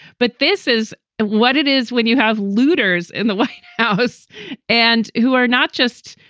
but this is what it is when you have luders in the white house and who are not just.